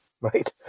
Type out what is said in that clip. Right